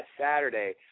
Saturday